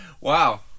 Wow